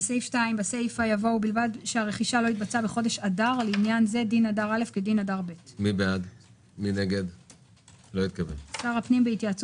ודבר נוסף אמרתי בתחילת הדיון - שוועדת הכספים תיכנס